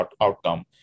outcome